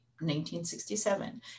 1967